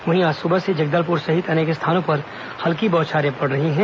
वहीं आज सुबह से जगदलपुर सहित अनेक स्थानों पर हल्की बोछारे पड़ रही हैं